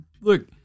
look